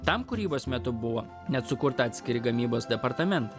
tam kūrybos metu buvo net sukurta atskiri gamybos departamentai